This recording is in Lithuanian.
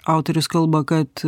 autorius kalba kad